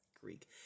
Greek